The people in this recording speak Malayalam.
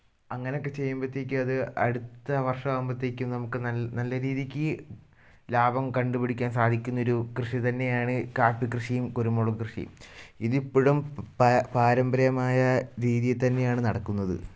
അങ്ങനെയൊക്കെ ചെയ്യുമ്പോഴത്തേക്കും അത് അടുത്ത വർഷം ആവുമ്പോഴത്തേക്കും നമുക്ക് നല് നല്ല രീതിക്ക് ലാഭം കണ്ടു പിടിക്കാൻ സാധിക്കുന്ന ഒരു കൃഷി തന്നെയാണ് കാപ്പി കൃഷിയും കുരുമുളക് കൃഷിയും ഇതിപ്പോഴും പാരമ്പര്യമായ രീതിയിൽ തന്നെയാണ് നടക്കുന്നത്